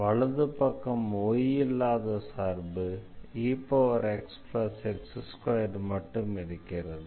வலது பக்கம் y இல்லாத சார்பு exx2மட்டும் இருக்கிறது